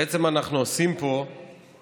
בעצם אנחנו עושים פה מחטף,